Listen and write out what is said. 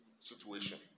situation